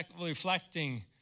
reflecting